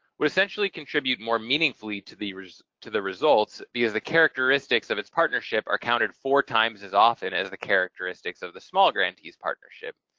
essentially contribute more meaningfully to the to the results because the characteristics of its partnership are counted four times as often as the characteristics of the small grantee's partnership,